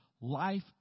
life